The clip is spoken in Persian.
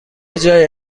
جای